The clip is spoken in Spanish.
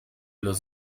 los